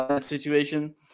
situation